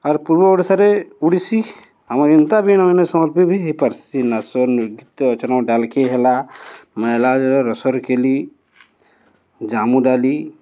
ଆର୍ ପୂର୍ବ ଓଡ଼ିଶାରେ ଓଡ଼ିଶୀ ଆମର୍ ଏନ୍ତା ବି ଇନ ବି ଇନ ସମ୍ବଲପୁରୀ ବି ହେଇପାର୍ସି ନାଚ ଗୀତ ଡାଲଖେଇ ହେଲା ମଏଲାଜଡ ରସର୍କେଲି ଜାମୁଡାଲି